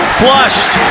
flushed